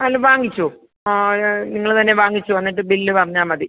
അല്ല വാങ്ങിച്ചോ ആ നിങ്ങൾ തന്നെ വാങ്ങിച്ചോ എന്നിട്ട് ബില്ല് പറഞ്ഞാൽമതി